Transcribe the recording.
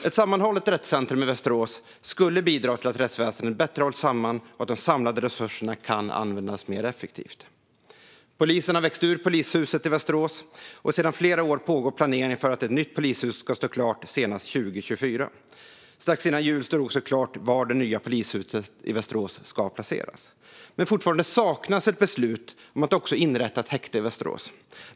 Ett sammanhållet rättscentrum i Västerås skulle bidra till att rättsväsendet bättre hålls samman och att de samlade resurserna används mer effektivt. Polisen har växt ur polishuset i Västerås, och sedan flera år pågår planering för att ett nytt polishus ska stå klart senast 2024. Strax före jul stod det också klart var det nya polishuset i Västerås ska placeras. Fortfarande saknas dock ett beslut om att också inrätta ett häkte i Västerås.